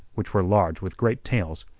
which were large with great tales.